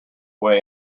way